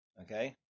Okay